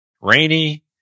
rainy